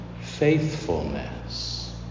faithfulness